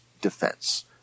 defense